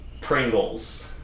Pringles